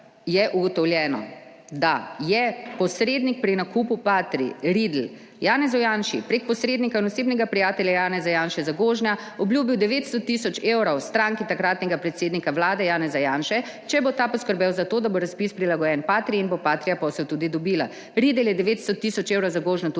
je ugotovljeno, da je posrednik pri nakupu Patrie, Riedl, Janezu Janši prek posrednika in osebnega prijatelja Janeza Janše, Zagožna, obljubil 900 tisoč evrov stranki takratnega predsednika vlade Janeza Janše, če bo ta poskrbel za to, da bo razpis prilagojen Patrii in bo Patria posel tudi dobila. Riedl je 900 tisoč evrov Zagožna